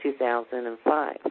2005